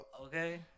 Okay